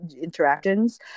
interactions